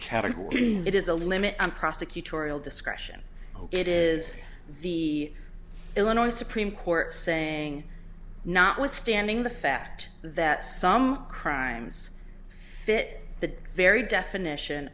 category it is a limit on prosecutorial discretion it is the illinois supreme court saying notwithstanding the fact that some crimes fit the very definition